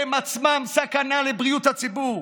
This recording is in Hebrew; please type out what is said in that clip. הם עצמם סכנה לבריאות הציבור.